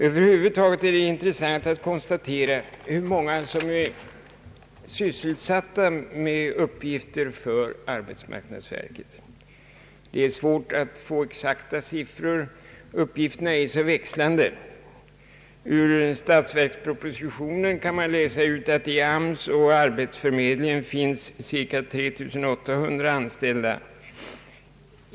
Över huvud taget är det intressant att konstatera hur många det är som är sysselsatta med arbetsuppgifter för arbetsmarknadsverket. Det är svårt att få exakta siffror; uppgifterna är så växlande. Ur statsverkspropositionen kan utläsas att det i arbetsmarknadsstyrelsen och vid arbetsförmedlingarna finns cirka 3 800 anställda.